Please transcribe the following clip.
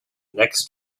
next